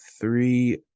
three